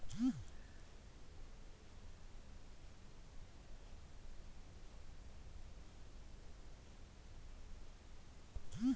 ತಮ್ಮ ಉಳಿತಾಯದ ಸ್ವಲ್ಪ ಭಾಗವನ್ನು ಬ್ಯಾಂಕಿನಲ್ಲಿ ಬಿಡುವುದೇ ಡೆಪೋಸಿಟ್ ಆಗಿದೆ